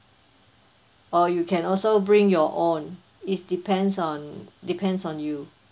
or you can also bring your own it's depends on depends on you